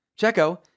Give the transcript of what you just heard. Checo